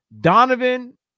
Donovan